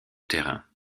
terrain